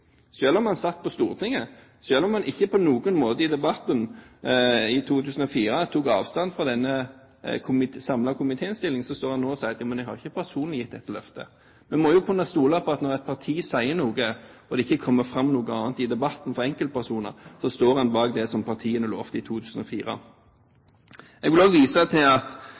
om man satt på Stortinget, og selv om man ikke på noen måte tok avstand fra den samlede komitéinnstillingen i debatten i 2004, står man nå her og sier: Jeg har ikke personlig gitt dette løftet. Man må jo kunne stole på at når et parti sier noe, og det ikke kommer fram noe annet fra enkeltpersoner i debatten, står man bak det partiene lovte i 2004. Jeg vil også vise til at